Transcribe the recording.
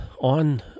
on